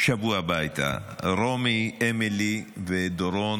שבו הביתה, רומי, אמילי ודורון.